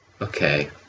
Okay